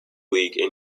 league